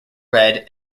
red